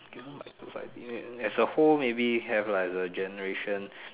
as a whole maybe have like the generation